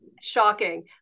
shocking